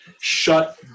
shut